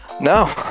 no